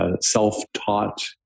self-taught